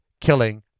killing